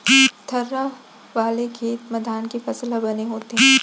थरहा वाले खेत म धान के फसल ह बने होथे